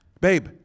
Babe